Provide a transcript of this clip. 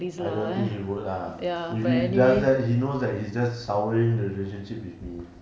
I don't think he would lah if he does that he knows that he's just souring the relationship with me